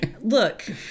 Look